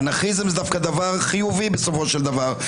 ואנרכיזם זה דבר חיובי בסופו של דבר.